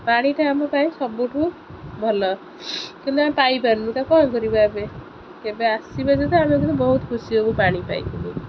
ପାଣିଟା ଆମ ପାଇଁ ସବୁଠୁ ଭଲ କିନ୍ତୁ ଆମେ ପାଇପାରୁନୁ ତା କ'ଣ କରିବା ଏବେ କେବେ ଆସିବା ଯଦି ଆମେ କିନ୍ତୁ ବହୁତ ଖୁସି ହେବୁ ପାଣି ପାଇକରି